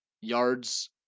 yards